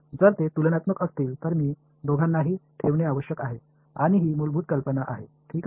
जर ते तुलनात्मक असतील तर मी दोघांनाही ठेवणे आवश्यक आहे आणि ही मूलभूत कल्पना आहे ठीक आहे